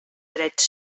drets